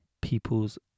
people's